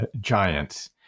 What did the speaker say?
giants